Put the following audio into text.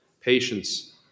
patience